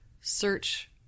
search